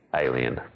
Alien